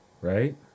right